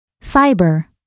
Fiber